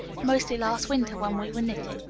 mostly last winter when we were knitting.